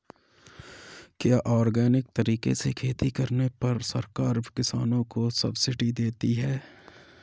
क्या ऑर्गेनिक तरीके से खेती करने पर सरकार किसानों को सब्सिडी देती है?